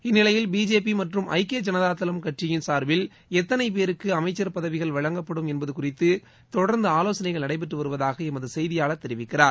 இந்நிலையில் பிஜேபி மற்றும் ஐக்கிய ஜனதா தளம் கட்சிகள் சார்பில் எத்தனை பேருக்கு அமைச்சர் பதவி வழங்கப்படும் என்பது குறித்து தொடர்ந்து ஆலோசனைகள் நடைபெற்று வருவதாக எமது செய்தியாளர் தெரிவிக்கிறார்